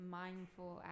mindful